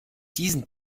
diesen